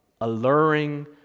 alluring